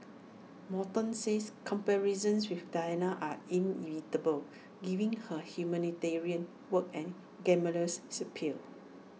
Morton says comparisons with Diana are inevitable given her humanitarian work and glamorous appeal